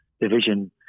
division